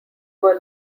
were